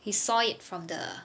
he saw it from the